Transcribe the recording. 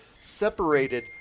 separated